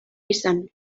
izan